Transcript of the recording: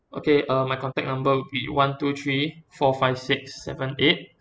okay uh my contact number would be one two three four five six seven eight